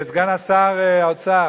סגן שר האוצר,